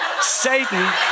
Satan